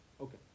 Okay